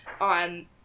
on